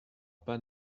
pas